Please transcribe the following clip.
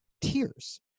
tears